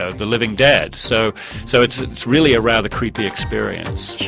ah the living dead. so so it's it's really a rather creepy experience.